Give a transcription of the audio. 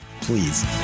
please